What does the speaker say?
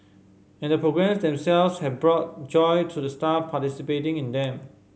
and the programmes themselves have brought joy to the staff participating in them